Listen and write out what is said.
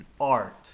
art